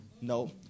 No